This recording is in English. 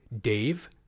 Dave